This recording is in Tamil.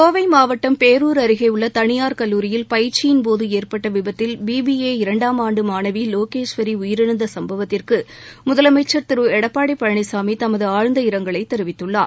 கோவைமாவட்டம் பேரூர் அருகே உள்ள தளியார் கல்லூரியில் பயிற்சியின் போது ஏற்பட்ட விபத்தில் பிபிஏ இரண்டாம் ஆண்டு மாணவி யோகேஸ்வரி உயிரிழந்த சம்பவத்திற்கு முதலமைச்சா் திரு எடப்பாடி பழனிசாமி தமது ஆழ்ந்த இரங்கலை தெரிவித்துள்ளார்